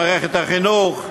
מערכת החינוך.